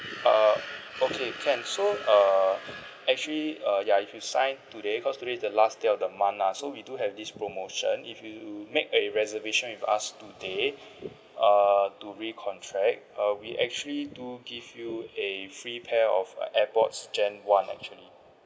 err okay can so err actually uh ya if you sign today because today is the last day of the month lah so we do have this promotion if you make a reservation with us today err to re contract uh we actually do give you a free pair of a Airpods generation one actually